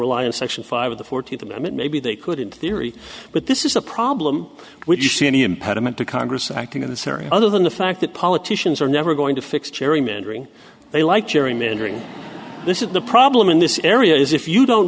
rely on section five of the fourteenth amendment maybe they could in theory but this is a problem when you see any impediment to congress acting in the serri other than the fact that politicians are never going to fix gerrymandering they like gerrymandering this is the problem in this area is if you don't